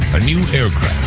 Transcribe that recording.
a new aircraft,